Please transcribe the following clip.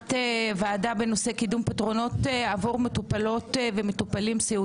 לישיבת ועדת בנושא: קידום פתרונות עבור מטופלים סיעודיים